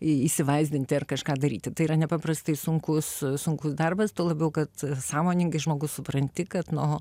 įsivaizdinti ar kažką daryti tai yra nepaprastai sunkus sunkus darbas tuo labiau kad sąmoningai žmogus supranti kad nu